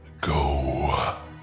go